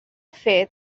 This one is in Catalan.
fet